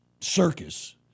circus